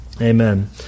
Amen